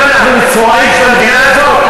מה, אנחנו מצורעים של המדינה הזאת?